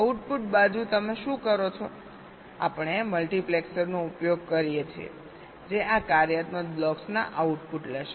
output બાજુ તમે શું કરો છો આપણે મલ્ટિપ્લેક્સરનો ઉપયોગ કરો છો જે આ કાર્યાત્મક બ્લોક્સના આઉટપુટ લેશે